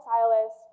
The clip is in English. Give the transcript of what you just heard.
Silas